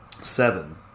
seven